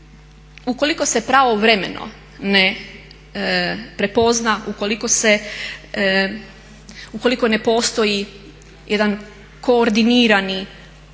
ukoliko se pravovremeno ne prepozna, ukoliko ne postoji jedan koordinirani,